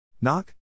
Knock